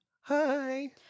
Hi